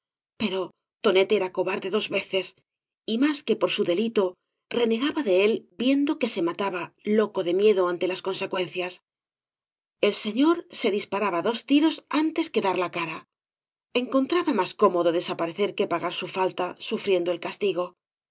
pero tonet era cobarde dos veces y más que por su delito renegaba de él viendo que se mataba loco de miedo ante las consecuencias el señor se disparaba dos tiros antes que dar la cara encontraba más cómodo desaparecer que pagar su falta sufriendo el castigo